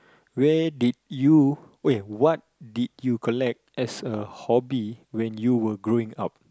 where did you wait what did you collect as a hobby when you were growing up